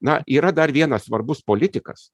na yra dar vienas svarbus politikas